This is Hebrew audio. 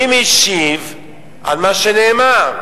אז אני עכשיו משיב על מה שנאמר,